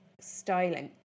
Styling